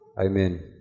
Amen